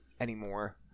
anymore